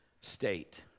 state